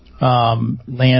land